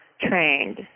trained